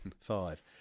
five